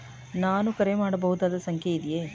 ನಾನು ಕರೆ ಮಾಡಬಹುದಾದ ಸಂಖ್ಯೆ ಇದೆಯೇ?